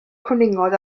cwningod